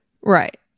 Right